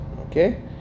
Okay